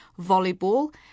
volleyball